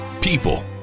people